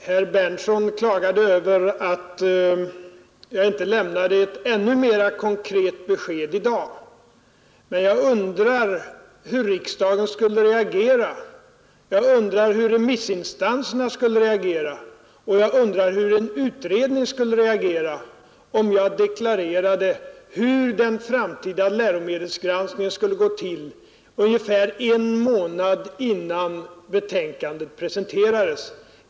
Herr Berndtson i Linköping klagade över att jag inte lämnade ett ännu mera konkret besked i dag, men jag undrar hur riksdagen skulle reagera, hur remissinstanserna skulle reagera och hur en utredning skulle reagera, om jag ungefär en månad innan betänkandet presenteras deklarerade hur den framtida läromedelsgranskningen skulle gå till.